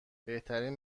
بهترین